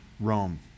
Rome